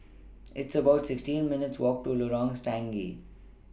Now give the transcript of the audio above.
It's about sixteen minutes' Walk to Lorong Stangee